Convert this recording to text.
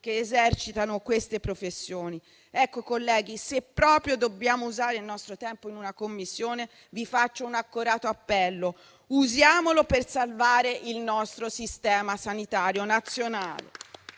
che esercitano queste professioni. Colleghi, se proprio dobbiamo usare il nostro tempo in una Commissione, vi faccio un accorato appello: usiamolo per salvare il nostro Sistema sanitario nazionale.